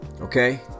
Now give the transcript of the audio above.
okay